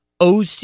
OC